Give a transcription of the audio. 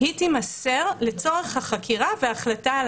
"היא תימסר לצורך החקירה והחלטה על